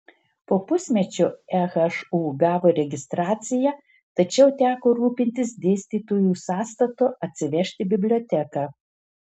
po pusmečio ehu gavo registraciją tačiau teko rūpintis dėstytojų sąstatu atsivežti biblioteką